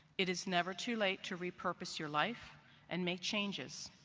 it is never too late to repurpose your life and make changes.